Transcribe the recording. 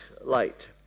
light